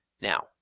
Now